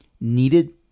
needed